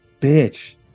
bitch